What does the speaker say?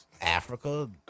Africa